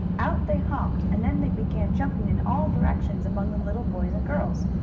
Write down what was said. out they hopped, and then they began jumping in all directions, among the little boys and girls.